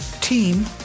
team